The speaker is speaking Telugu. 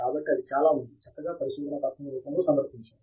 కాబట్టి అది చాలా ఉంది చక్కగా పరిశోధనా పత్రము రూపములో సమర్పించారు